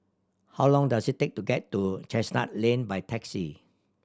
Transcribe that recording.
how long does it take to get to Chestnut Lane by taxi